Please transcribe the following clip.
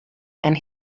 and